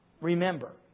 remember